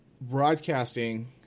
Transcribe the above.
broadcasting